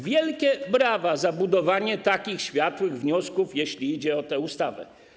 Wielkie brawa za budowanie takich światłych wniosków, jeśli idzie o tę ustawę.